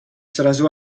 srazu